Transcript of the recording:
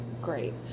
Great